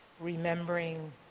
remembering